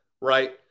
right